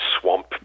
swamp